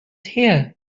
here